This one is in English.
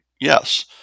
Yes